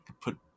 put